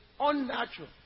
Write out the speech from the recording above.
unnatural